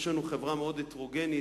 יש לנו חברה מאוד הטרוגנית,